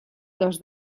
dos